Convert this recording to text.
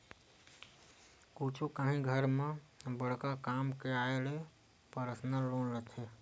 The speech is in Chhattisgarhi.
कुछु काही घर म बड़का काम के आय ले परसनल लोन लेथे